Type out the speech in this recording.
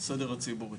סדר ציבורי